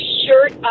shirt